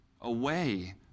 away